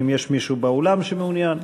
האם יש מישהו באולם שמעוניין?